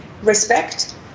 respect